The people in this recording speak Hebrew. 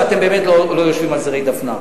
ואתם באמת לא יושבים על זרי דפנה.